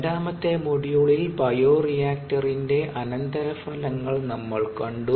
രണ്ടാമത്തെ മോഡ്യൂളിൽ ബയോറിയാക്റ്ററിന്റെ അനന്തരഫലങ്ങൾ നമ്മൾ കണ്ടു